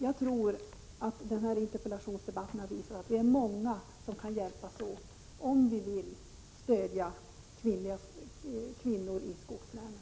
Jag tror att denna interpellationsdebatt har visat att vi är många som kan hjälpas åt om vi vill stödja kvinnor i skogslänen.